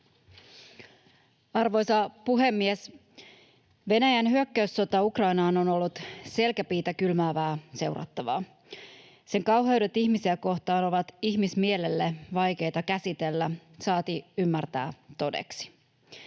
Arvoisa puhemies! Venäjän hyökkäyssota Ukrainaan on ollut selkäpiitä kylmäävää seurattavaa. Sen kauheudet ihmisiä kohtaan ovat ihmismielelle vaikeita käsitellä, saati ymmärtää todeksi.